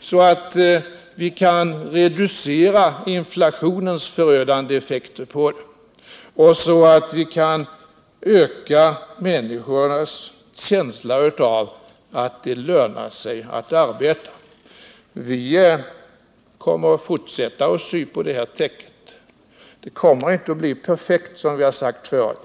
så att inflationens förödande effekter på det kunnat reduceras och människornas känsla av att det lönar sig att arbete kunnat ökas. Vi kommer att fortsätta att sy på det här täcket. Det kommer, som vi har sagt förut, inte att bli perfekt.